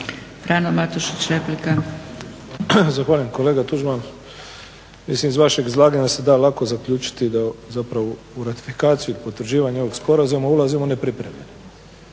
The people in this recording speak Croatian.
Frano (HDZ)** Zahvaljujem kolega Tuđman. Mislim iz vašeg izlaganja se da lako zaključiti da zapravo u ratifikaciju ili potvrđivanje ovog sporazuma ulazimo nepripremljeni,